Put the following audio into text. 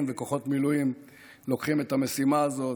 וכוחות מילואים לוקחים את המשימה הזאת.